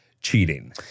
cheating